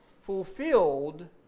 fulfilled